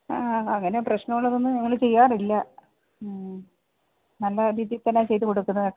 അങ്ങനെ പ്രശ്നമുള്ളതൊന്നും ഞങ്ങൾ ചെയ്യാറില്ല നല്ല രീതിയിൽ തന്നെ ചെയ്ത് കൊടുക്കുന്നതായിട്ട്